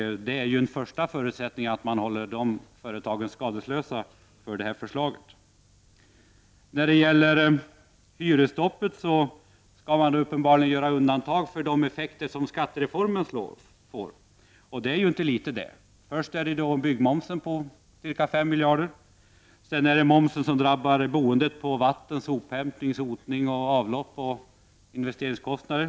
En första förutsättning är ju att man håller dessa företag skadeslösa för det här förslaget. När det gäller hyresstoppet skall man uppenbarligen göra undantag för de effekter som skattereformen får. Det är ju inte litet. Först är det byggmomsen på ca 5 miljarder, sedan är det momsen som drabbar boendet — på vatten, sophämtning, avlopp och investeringskostnader.